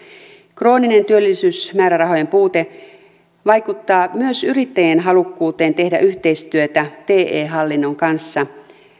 krooninen työllisyysmäärärahojen puute vaikuttaa myös yrittäjien halukkuuteen tehdä yhteistyötä te hallinnon kanssa